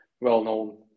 well-known